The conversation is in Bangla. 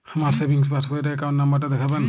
আমার সেভিংস পাসবই র অ্যাকাউন্ট নাম্বার টা দেখাবেন?